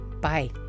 Bye